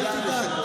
אל תדאג.